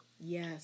yes